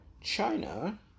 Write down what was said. China